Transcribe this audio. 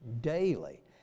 daily